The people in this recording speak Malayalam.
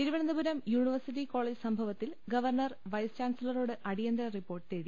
തിരുവനന്തപുരം യൂണിവേഴ്സിറ്റി ക്കോള്ജ് സംഭവത്തിൽ ഗവർണർ വൈസ്ചാൻസലറോട് ആടിയന്തര റിപ്പോർട്ട് തേടി